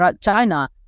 China